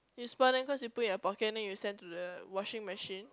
you spoil them cause you put in your pocket then you send to the washing machine